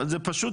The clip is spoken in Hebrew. זה פשוטו